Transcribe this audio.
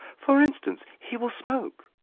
for instance, he will smoke.